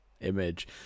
image